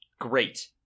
great